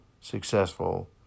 successful